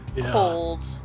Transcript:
cold